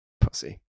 pussy